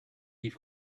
leaf